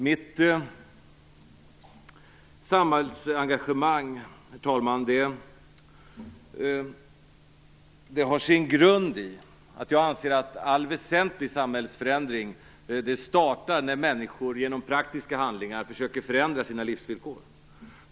Mitt samhällsengagemang, herr talman, har sin grund i att jag anser att all väsentlig samhällsförändring startar när människor genom praktiska handlingar försöker förändra sina livsvillkor.